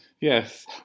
Yes